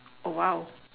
oh !wow!